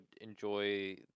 enjoy